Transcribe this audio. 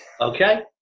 Okay